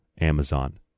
Amazon